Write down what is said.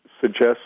suggests